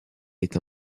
est